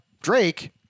Drake